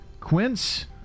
quince